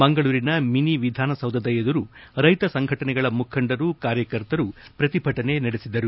ಮಂಗಳೂರಿನ ಮಿನಿ ವಿಧಾನಸೌಧದ ಎದುರು ರೈತ ಸಂಘಟನೆಗಳ ಮುಖಂಡರು ಕಾರ್ಯಕರ್ತರು ಪ್ರತಿಭಟನೆ ನಡೆಸಿದರು